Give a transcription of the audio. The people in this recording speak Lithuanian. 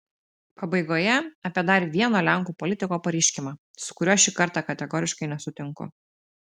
pabaigoje apie dar vieno lenkų politiko pareiškimą su kuriuo šį kartą kategoriškai nesutinku